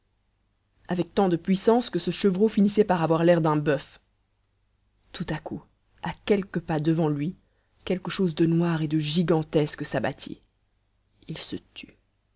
avec tant de puissance que ce chevreau finissait par avoir l'air d'un boeuf tout à coup à quelques pas devant lui quelque chose de noir et de gigantesque s'abattit il se tut